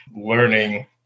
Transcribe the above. learning